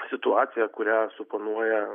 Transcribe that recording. situacija kurią suponuoja